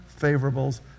favorables